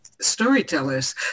storytellers